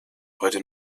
heute